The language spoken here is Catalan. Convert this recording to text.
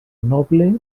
noble